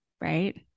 Right